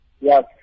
Yes